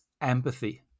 empathy